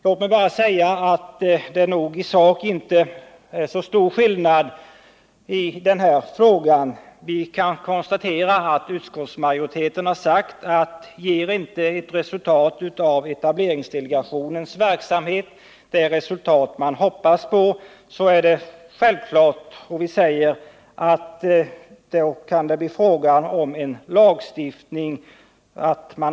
Låt mig säga att vi nog inte i sak skiljer oss åt särskilt mycket i den här frågan. Utskottsmajoriteten har sagt att om inte etableringsdelegationens verksamhet ger det resultat man hoppas på, så kan det bli fråga om lagstiftning.